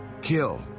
kill